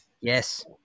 Yes